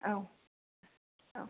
औ औ